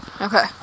Okay